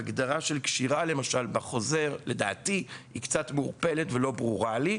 הגדרה של קשירה למשל בחוזר היא קצת מעורפלת ולא ברורה לי.